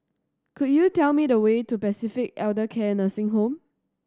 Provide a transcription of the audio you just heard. could you tell me the way to Pacific Elder Care Nursing Home